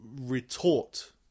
retort